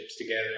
together